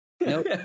Nope